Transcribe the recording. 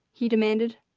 he demanded.